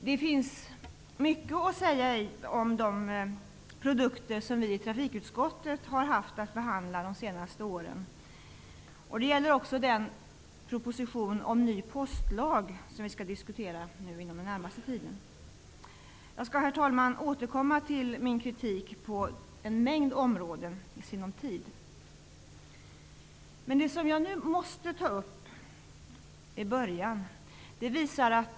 Det finns mycket att säga om de produkter som vi i trafikutskottet har haft att behandla under de senaste åren, och det gäller också den proposition om ny postlag som vi skall diskutera inom den närmaste tiden. Jag skall, herr talman, återkomma till min kritik på en mängd områden. Men det som jag nu måste ta upp visar att...